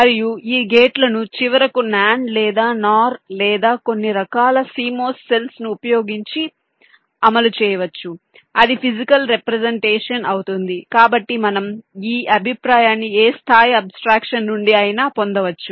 మరియు ఈ గేట్ లను చివరకు NAND లేదా NOR లేదా కొన్ని రకాల CMOS సెల్స్ ను ఉపయోగించి అమలు చేయవచ్చు అది ఫిజికల్ రెప్రెసెంటేషన్ అవుతుంది కాబట్టి మనం ఈ అభిప్రాయాన్ని ఏ స్థాయి అబ్స్ట్రాక్షన్ నుండి అయినా పొందవచ్చు